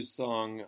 song